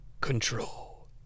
control